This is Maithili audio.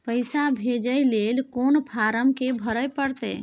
पैसा भेजय लेल कोन फारम के भरय परतै?